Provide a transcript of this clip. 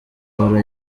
ora